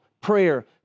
prayer